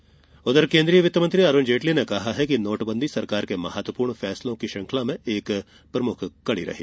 जेटली बयान उधर केन्द्रीय वित्त मंत्री अरुण जेटली ने कहा है कि नोटबन्दी सरकार के महत्वपूर्ण फैसलों की श्रृंखला में एक प्रमुख कड़ी थी